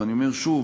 ואני אומר שוב,